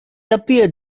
appeared